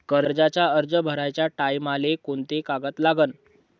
कर्जाचा अर्ज भराचे टायमाले कोंते कागद लागन?